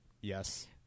Yes